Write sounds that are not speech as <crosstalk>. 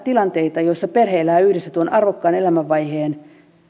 <unintelligible> tilanteita joissa perhe elää yhdessä tuon arvokkaan elämänvaiheen